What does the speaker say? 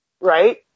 right